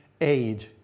aid